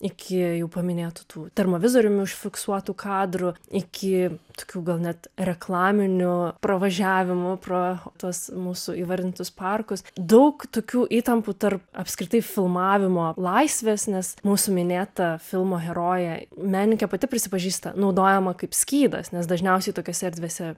iki jau paminėtų tų termovizoriumi užfiksuotų kadrų iki tokių gal net reklaminių pravažiavimų pro tuos mūsų įvardintus parkus daug tokių įtampų tarp apskritai filmavimo laisvės nes mūsų minėta filmo herojė menininkė pati prisipažįsta naudojama kaip skydas nes dažniausiai tokiose erdvėse